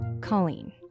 Colleen